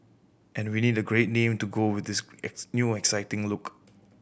and we need a great name to go with this new exciting look